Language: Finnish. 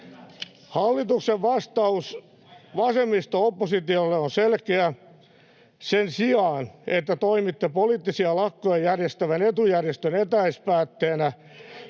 Hallituksen vastaus vasemmisto-oppositiolle on selkeä: sen sijaan, että toimitte poliittisia lakkoja järjestävän etujärjestön etäispäätteenä,